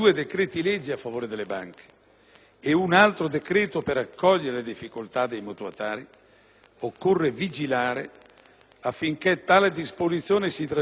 e un altro decreto per accogliere le difficoltà dei mutuatari, occorre vigilare affinché tale disposizione non si traduca in un onere per gli IACP